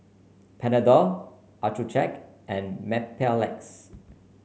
Panadol Accucheck and Mepilex